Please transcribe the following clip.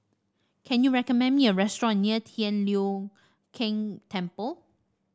can you recommend me a restaurant near Tian Leong Keng Temple